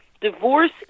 divorce